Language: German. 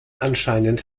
anscheinend